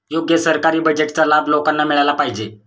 योग्य सरकारी बजेटचा लाभ लोकांना मिळाला पाहिजे